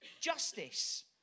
justice